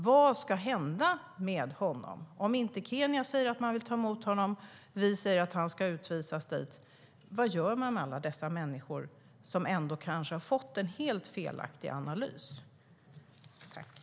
Vad ska hända med honom när vi säger att han ska utvisas dit men Kenya inte vill talla dessa människor som kanske har fått en helt felaktig analys?